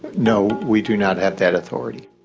no, we do not have that authority.